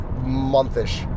month-ish